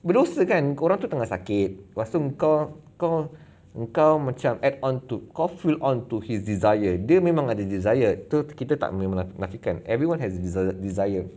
berdosa kan kau orang tu tengah sakit lepas tu engkau kau engkau macam add onto ke fill onto his desire dia memang ada desire tu kita tak me~ menafikan everyone has desire desire